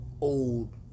old